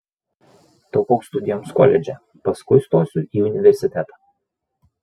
taupau studijoms koledže paskui stosiu į universitetą